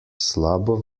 slabo